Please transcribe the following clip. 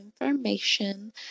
information